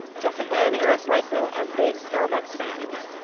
jessica and eric reichow are big starbucks fans.